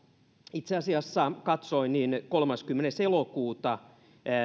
itse asiassa kun katsoin niin kolmaskymmenes elokuuta